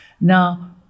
Now